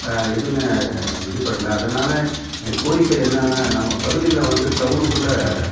எதுவுமே இது பண்ணல அதனால் கோரிக்கை என்னான்னா நம்ம பகுதியில வந்து டவுனுக்குள்ளே